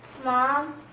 Mom